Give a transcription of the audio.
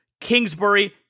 Kingsbury